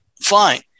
fine